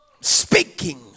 Speaking